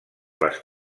les